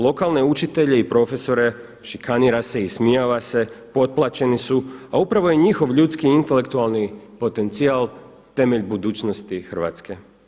Lokalne učitelje i profesore šikanira se, ismijava se, potplaćeni su, a upravo je njihov ljudski intelektualni potencijal temelj budućnosti Hrvatske.